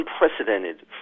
unprecedented